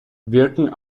wirken